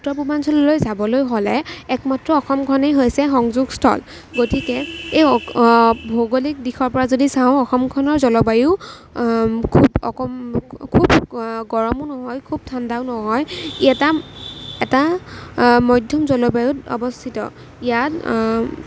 উত্তৰ পূৰ্বাঞ্চললৈ যাবলৈ হ'লে একমাত্ৰ অসমখনেই হৈছে সংযোগ স্থল গতিকে এই ভৌগলিক দিশৰ পৰা যদি চাওঁ অসমখনৰ জলবায়ু খুব খুব গৰমো নহয় খুব ঠাণ্ডাও নহয় ই এটা এটা মধ্যম জলবায়ুত অৱস্থিত ইয়াত